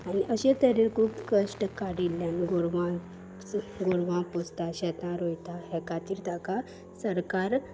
आनी अशे तरेन खूब कश्ट काडिल्ल्यान गोरवां गोरवां पोसता शेतां रोयता हे खातीर ताका सरकार